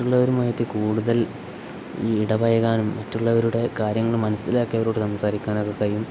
മറ്റുള്ളവരുമായിട്ട് കൂടുതൽ ഇടപഴകാനും മറ്റുള്ളവരുടെ കാര്യങ്ങൾ മനസ്സിലാക്കി അവരോട് സംസാരിക്കാനൊക്കെ കഴിയും